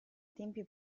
tempi